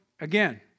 Again